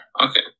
Okay